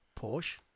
Porsche